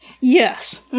Yes